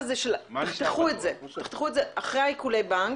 תחתכו את זה, אחרי עיקולי הבנק,